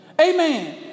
Amen